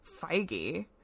Feige